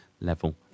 level